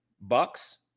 Bucks